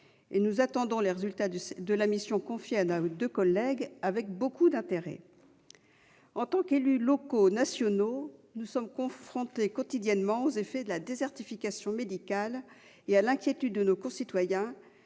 Nous attendons les résultats de leurs travaux avec beaucoup d'intérêt. En tant qu'élus locaux et nationaux, nous sommes confrontés quotidiennement aux effets de la désertification médicale et à l'inquiétude de nos concitoyens